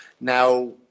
Now